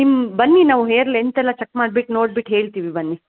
ನಿಮ್ಮ ಬನ್ನಿ ನಾವು ಹೇರ್ ಲೆಂತ್ ಎಲ್ಲ ಚೆಕ್ ಮಾಡ್ಬಿಟ್ಟು ನೋಡ್ಬಿಟ್ಟು ಹೇಳ್ತೀವಿ ಬನ್ನಿ